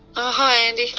oh hi andy.